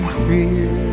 fear